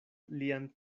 lian